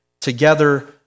together